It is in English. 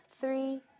three